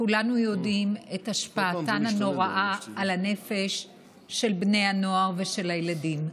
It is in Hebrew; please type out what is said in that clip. כולנו יודעים את השפעתן הנוראה על הנפש של בני הנוער ושל הילדים.